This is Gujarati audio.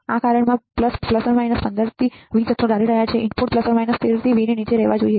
આ કારણમાં 15 V જથ્થો ધારી રહ્યા છીએ ઇનપુટ 13 V નીચે રહેવા જોઈએ